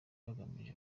bagamije